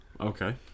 okay